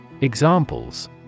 Examples